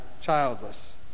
childless